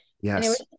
Yes